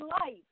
life